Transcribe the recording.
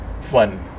fun